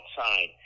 outside